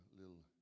little